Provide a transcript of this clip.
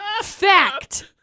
Fact